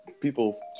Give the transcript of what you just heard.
people